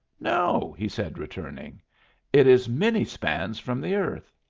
no, he said, returning it is many spans from the earth.